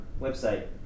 website